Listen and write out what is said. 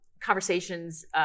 conversations